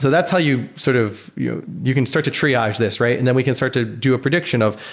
so that's how you sort of you you can start to triage this, right? and then we can start to do a prediction of,